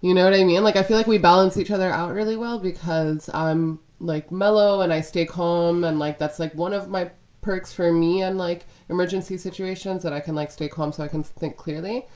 you know what i mean? like, i feel like we balance each other out really well because i'm like mellow and i stay calm and like, that's like one of my perks for me, unlike emergency situations that i can, like, stay calm so can think clearly.